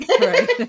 right